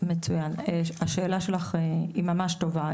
מצוין, השאלה שלך היא ממש טובה.